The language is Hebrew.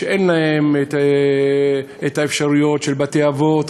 שאין להם את האפשרויות של בתי-אבות או